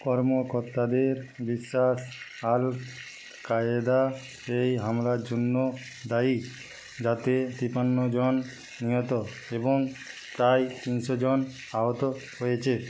কর্মকর্তাদের বিশ্বাস Al Qaeda এই হামলার জন্য দায়ী যাতে তিপান্ন জন নিহত এবং প্রায় তিনশো জন আহত হয়েছে